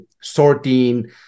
sorting